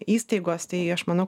įstaigos tai aš manau